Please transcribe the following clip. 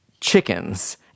chickens